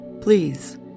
Please